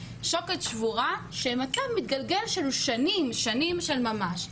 שוקת שבורה של מצב מתגלגל של שנים, שנים של ממש.